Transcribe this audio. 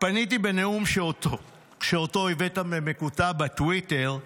בנאום שאותו הבאת במקוטע בטוויטר,